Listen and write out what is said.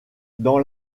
dans